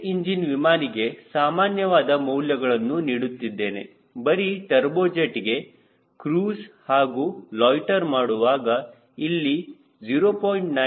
jet engine ವಿಮಾನಿಗೆ ಸಾಮಾನ್ಯವಾದ ಮೌಲ್ಯಗಳನ್ನು ನೀಡುತ್ತಿದ್ದೇನೆ ಬರಿ ಟರ್ಬೋಜೆಟ್ಗೆ ಕ್ರೂಜ್ ಹಾಗೂ ಲೊಯ್ಟ್ಟೆರ್ ಮಾಡುವಾಗ ಇಲ್ಲಿ 0